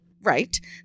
Right